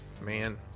man